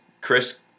Chris